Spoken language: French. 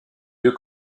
deux